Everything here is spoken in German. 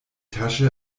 tasche